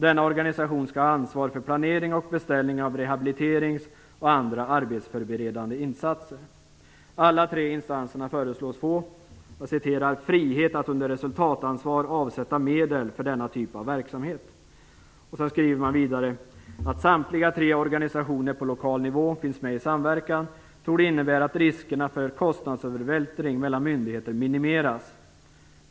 Denna organisation skall ha ansvar för planering och beställning av rehabiliterings och andra arbetsförberedande insatser. I betänkandet föreslås alla tre instanserna få frihet att under resultatansvar avsätta medel för denna typ av verksamhet. Man skriver att eftersom samtliga tre organisationer på lokal nivå finns med i samverkan torde detta innebära att riskerna för kostnadsövervältring mellan myndigheter minimeras.